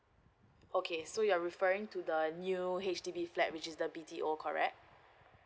okay so you're referring to the new H_D_B flat which is the B_T_O correct